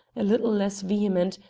a little less vehement,